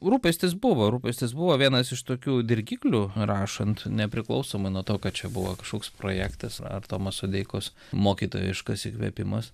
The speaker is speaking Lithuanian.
rūpestis buvo rūpestis buvo vienas iš tokių dirgiklių rašant nepriklausoma nuo to kad čia buvo kažkoks projektas ar tomo sodeikos mokytojiškas įkvėpimas